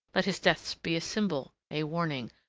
let his death be a symbol, a warning.